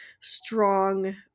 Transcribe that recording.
strong